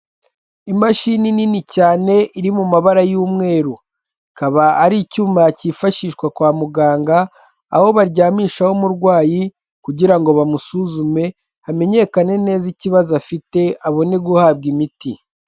Imashini nini cyane iri mu mabara y'umweru ikaba ari icyuma cyifashishwa kwa muganga, aho baryamishaho umurwayi kugira ngo bamusuzume hamenyekane neza ikibazo afite abone guhabwa imiti.